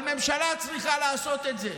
אבל הממשלה צריכה לעשות את זה,